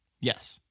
Yes